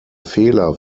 fehler